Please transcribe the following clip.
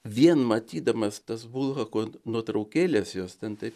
vien matydamas tas bulhako nuotraukėles jos ten taip